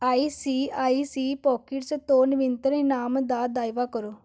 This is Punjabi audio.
ਆਈ ਸੀ ਆਈ ਸੀ ਪੋਕਿਟਸ ਤੋਂ ਨਵੀਨਤਮ ਇਨਾਮ ਦਾ ਦਾਅਵਾ ਕਰੋ